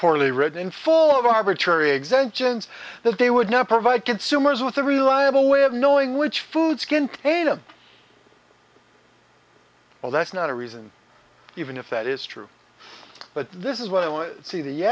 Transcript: poorly written in full of arbitrary exemptions that they would not provide consumers with a reliable way of knowing which foods didn't pay them well that's not a reason even if that is true but this is what i want to see the